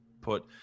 put